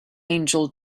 angel